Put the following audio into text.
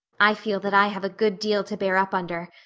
i feel that i have a good deal to bear up under.